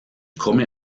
komme